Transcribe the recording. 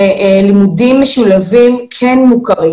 לימודים משולבים כן מוכרים.